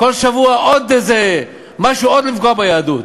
כל שבוע עוד משהו לפגוע ביהדות,